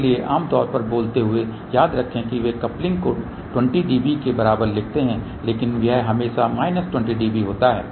इसलिए आमतौर पर बोलते हुए याद रखें कि वे कपलिंग को 20 dB के बराबर लिखते हैं लेकिन यह हमेशा माइनस 20 dB होता है